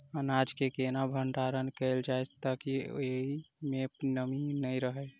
अनाज केँ केना भण्डारण कैल जाए ताकि ओई मै नमी नै रहै?